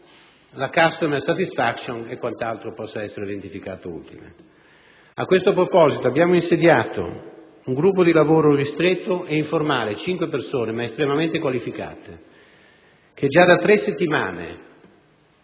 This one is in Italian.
la *customer satisfaction* e quant'altro possa essere ritenuto utile. A questo proposito abbiamo insediato un gruppo di lavoro ristretto e informale (cinque persone estremamente qualificate) che già da tre settimane,